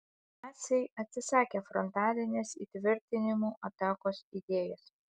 naciai atsisakė frontalinės įtvirtinimų atakos idėjos